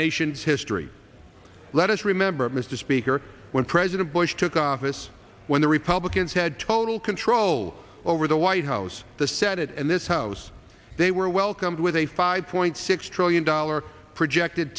nation's history let us remember mr speaker when president bush took office when the republicans had total control over the white house the senate and this house they were welcomed with a five point six trillion dollar projected